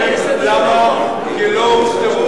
כי לא הוסדרו בהם תביעות הבעלות.